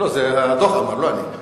לא, זה הדוח אמר, לא אני.